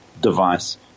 device